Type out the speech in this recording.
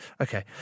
Okay